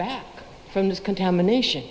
back from this contamination